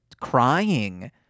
crying